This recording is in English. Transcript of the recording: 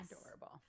Adorable